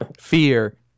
Fear